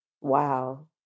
Wow